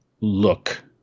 look